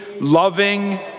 loving